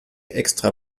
extra